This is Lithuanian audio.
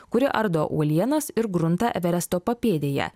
kuri ardo uolienas ir gruntą everesto papėdėje